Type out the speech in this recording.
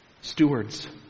stewards